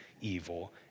evil